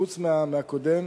חוץ מהקודם,